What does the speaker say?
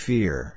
Fear